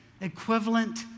equivalent